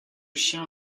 chien